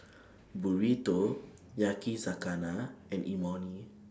Burrito Yakizakana and Imoni